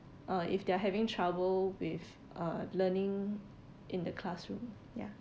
uh if they're having trouble with uh learning in the classroom ya